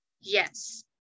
Yes